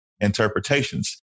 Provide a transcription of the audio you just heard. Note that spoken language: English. interpretations